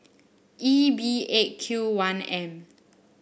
E B Eight Q one M